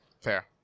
fair